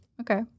Okay